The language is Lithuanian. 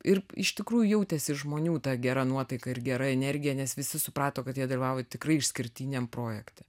ir iš tikrųjų jautėsi žmonių ta gera nuotaika ir gera energija nes visi suprato kad jie dalyvauja tikrai išskirtiniam projekte